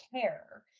care